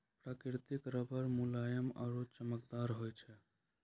प्रकृतिक रबर मुलायम आरु चमकदार होय छै